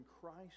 Christ